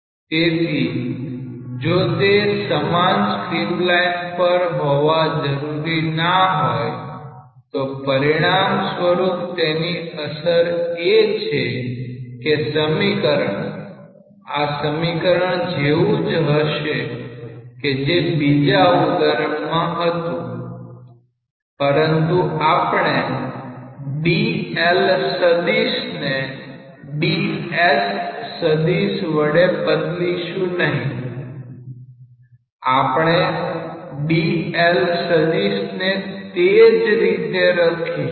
તેથી જો તે સમાન સ્ટ્રીમલાઇન પર હોવા જરૂરી ના હોય તો પરિણામ સ્વરૂપ તેની અસર એ છે કે સમીકરણ આ સમીકરણ જેવુ જ હશે કે જે બીજા ઉદાહરણમાં હતું પરંતુ આપણે ને વડે બદલીશું નહીં આપણે ને તે જ રીતે રાખીશું